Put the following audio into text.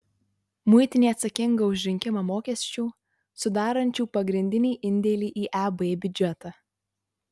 muitinė atsakinga už rinkimą mokesčių sudarančių pagrindinį indėlį į eb biudžetą